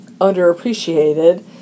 underappreciated